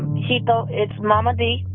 hito, it's mama d.